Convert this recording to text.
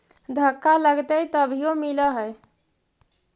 धक्का लगतय तभीयो मिल है?